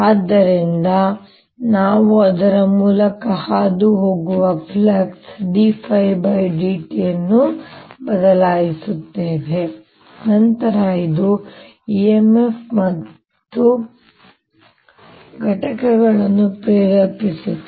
ಆದ್ದರಿಂದ ನಾವು ಅದರ ಮೂಲಕ ಹಾದುಹೋಗುವ ಫ್ಲಕ್ಸ್ನ d ɸd t ಅನ್ನು ಬದಲಾಯಿಸುತ್ತೇವೆ ನಂತರ ಇದು emf ಮತ್ತು ಘಟಕಗಳನ್ನು ಪ್ರೇರೇಪಿಸುತ್ತದೆ